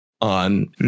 on